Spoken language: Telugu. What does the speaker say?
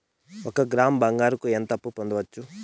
ఒక గ్రాము బంగారంకు ఎంత అప్పు పొందొచ్చు